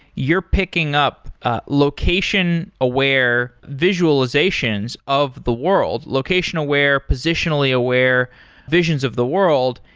you're picking up ah location aware visualizations of the world, location aware, positionally aware visions of the world,